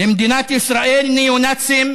למדינת ישראל ניאו-נאצים